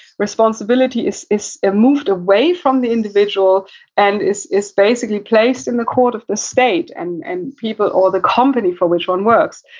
responsibility is is moved away from the individual and, is is basically placed in the court of the state, and and or the company for which one works.